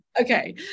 Okay